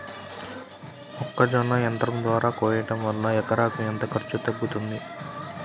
మొక్కజొన్న యంత్రం ద్వారా కోయటం వలన ఎకరాకు ఎంత ఖర్చు తగ్గుతుంది?